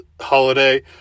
holiday